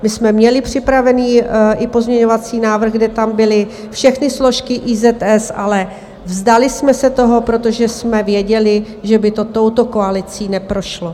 My jsme měli připravený i pozměňovací návrh, kde tam byly všechny složky IZS, ale vzdali jsme se toho, protože jsme věděli, že by to touto koalicí neprošlo.